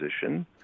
position